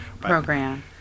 Program